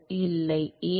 இல்லை ஏன்